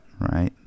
Right